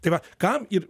tai va kam ir